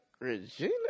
Regina